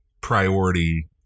priority